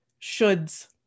shoulds